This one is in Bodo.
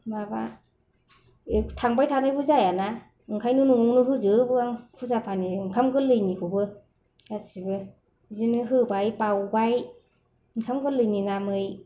माबा थांबाय थानायबो जायाना ओंखायनो न'आवनो होजोबो आं फुजा फानि ओंखाम गोरलैनिखौबो गासिबो बिदिनो होबाय बाउबाय ओंखाम गोरलैनि नामै